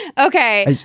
Okay